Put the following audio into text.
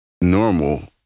normal